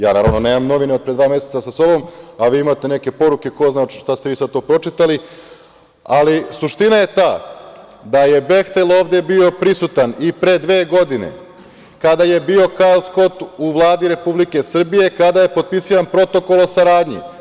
Naravno, ja nemam novine od pre dva meseca sa sobom, a vi imate neke poruke i ko zna šta ste vi sada to pročitali, ali suština je da je „Behtel“ ovde bio prisutan i pre dve godine, kada je bio Kajal Skot u Vladi Republike Srbije, kada je potpisivan Protokol o saradnji.